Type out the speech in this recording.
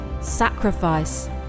sacrifice